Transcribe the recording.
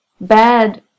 bad